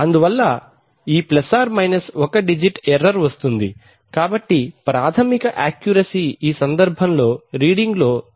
అందువల్ల ఈ ± ఒక డిజిట్ ఎర్రర్ వస్తుంది కాబట్టి ప్రాథమిక యాక్యూరసీ ఈ సందర్భంలో రీడింగ్ లో 0